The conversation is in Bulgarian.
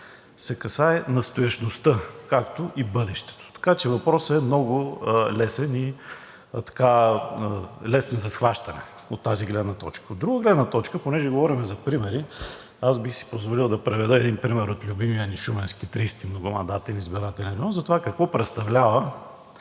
се касае настоящето, както и бъдещето, така че въпросът е много лесен за схващане от тази гледна точка. От друга гледна точка, понеже говорим за примери, бих си позволил да приведа един пример от любимия ни Шуменски 30. Многомандатен изборен район за това какво представлява